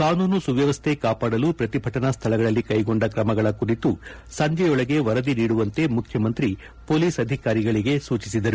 ಕಾನೂನು ಸುವ್ಯವಸ್ಡೆ ಕಾಪಾಡಲು ಪ್ರತಿಭಟನಾ ಸ್ಥಳಗಳಲ್ಲಿ ಕೈಗೊಂಡ ಕ್ರಮಗಳ ಕುರಿತು ಸಂಜೆಯೊಳಗೆ ವರದಿ ನೀಡುವಂತೆ ಮುಖ್ಯಮಂತ್ರಿ ಪೊಲೀಸ್ ಅಧಿಕಾರಿಗಳಿಗೆ ಸೂಚಿಸಿದರು